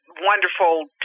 Wonderful